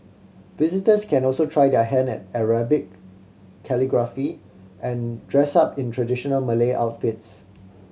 visitors can also try their hand at Arabic calligraphy and dress up in traditional Malay outfits